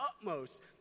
utmost